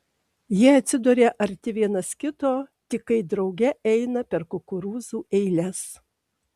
jie atsiduria arti vienas kito tik kai drauge eina per kukurūzų eiles